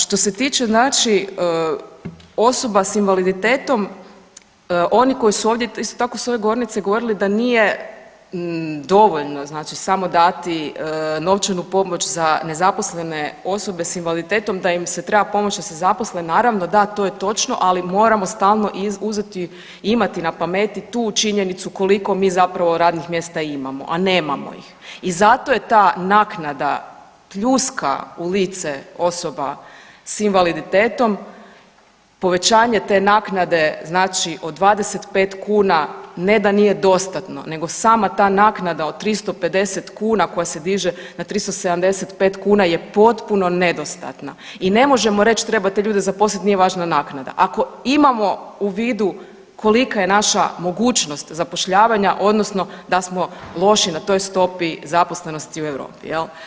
Što se tiče znači osoba s invaliditetom, oni koji su ovdje, isto tako su s ove govorili da nije dovoljno, znači samo dati novčanu pomoć za nezaposlene osobe s invaliditetom, da im se treba pomoći da se zaposle, naravno, da, to je točno, ali moramo stalno uzeti i imati na pameti tu činjenicu koliko mi zapravo radnih mjesta imamo, a nemamo ih i zato je ta naknada pljuska u lice osoba s invaliditetom, povećanje te naknade znači od 25 kuna, ne da nije dostatno, nego sama ta naknada od 350 kuna koja se diže na 375 kuna je potpuno nedostatna i ne možemo reći, trebate ljude zaposliti, nije važna naknada, ako imamo u vidu kolika je naša mogućnost zapošljavanja, odnosno da smo loši na toj stopi zaposlenosti u Europi, je li?